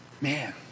Man